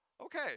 okay